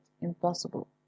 impossible